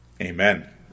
Amen